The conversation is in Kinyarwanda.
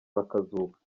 bakazuka